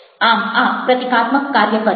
આમ આ પ્રતીકાત્મક કાર્ય કરે છે